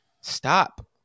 Stop